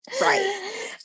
Right